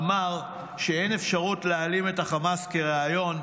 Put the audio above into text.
אמר שאין אפשרות להעלים את החמאס כרעיון,